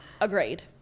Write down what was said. Agreed